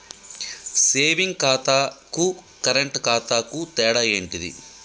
Saving ఖాతాకు current ఖాతాకు తేడా ఏంటిది?